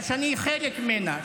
גם של פלסטינים,